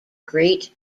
great